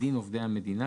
כדין עובדי המדינה,